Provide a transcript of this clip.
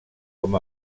com